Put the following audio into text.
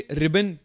ribbon